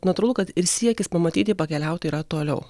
natūralu kad ir siekis pamatyti pakeliauti yra toliau